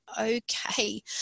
okay